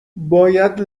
باید